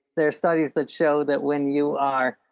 there are studies that show that when you are